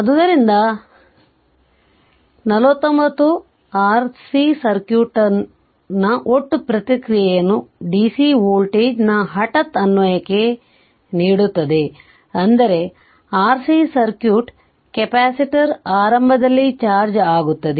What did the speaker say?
ಆದ್ದರಿಂದ 49 RC ಸರ್ಕ್ಯೂಟ್ನ ಒಟ್ಟು ಪ್ರತಿಕ್ರಿಯೆಯನ್ನು ಡಿಸಿ ವೋಲ್ಟೇಜ್ನ ಹಠಾತ್ ಅನ್ವಯಕ್ಕೆ ನೀಡುತ್ತದೆ ಅಂದರೆ RC ಸರ್ಕ್ಯೂಟ್ ಕೆಪಾಸಿಟರ್ ಆರಂಭದಲ್ಲಿ ಚಾರ್ಜ್ ಆಗುತ್ತದೆ